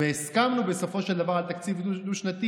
הסכמנו בסופו של דבר על תקציב ד-שנתי,